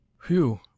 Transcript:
Phew